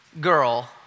girl